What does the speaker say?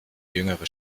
jüngere